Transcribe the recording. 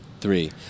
three